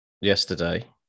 yesterday